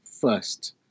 first